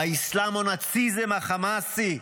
באסלאם הנאציזם החמאסי.